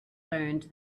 learned